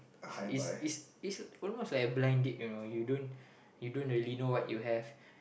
is is is is almost like a blind date you know you don't you don't really know what you have